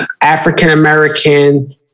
African-American